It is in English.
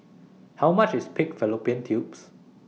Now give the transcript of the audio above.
How much IS Pig Fallopian Tubes